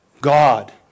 God